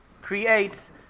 creates